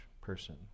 person